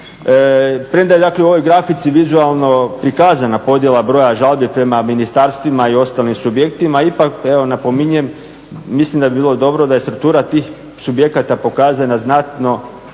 Premda je dakle u ovoj grafici vizualno prikazana podjela broja žalbi prema ministarstvima i ostalim subjektima, ipak evo napominjem, mislim da bi bilo dobro da je struktura tih subjekata pokazana znatno